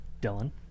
Dylan